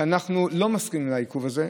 ואנחנו לא מסכימים לעיכוב הזה.